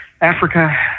Africa